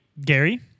Gary